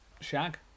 shag